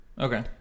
Okay